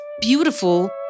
beautiful